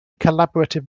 collaborative